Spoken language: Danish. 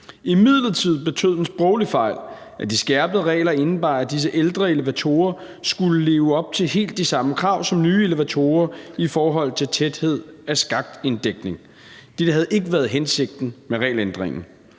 Imidlertid betød en sproglig fejl, at de skærpede regler indebar, at disse ældre elevatorer skulle leve op til helt de samme krav som nye elevatorer i forhold til tæthed af skaktinddækning. Dette havde ikke været hensigten med regelændringen.